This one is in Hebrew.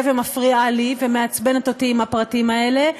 ומפריעה לי ומעצבנת אותי עם הפרטים האלה?